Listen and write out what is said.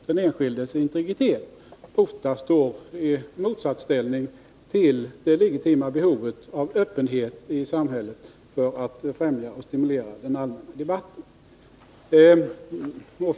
den enskildes integritet står ofta i motsatsställning till det legitima behovet av öppenhet i samhället för att främja och stimulera den allmänna debatten.